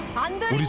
and